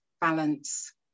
balance